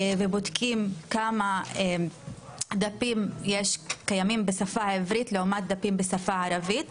בודקים כמה דפים קיימים בשפה העברית לעומת דפים בשפה הערבית,